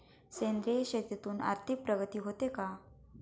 सेंद्रिय शेतीतून आर्थिक प्रगती होते का?